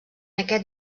aquest